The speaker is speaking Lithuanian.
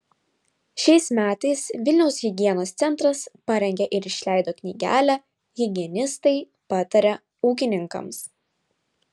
šiais metais vilniaus higienos centras parengė ir išleido knygelę higienistai pataria ūkininkams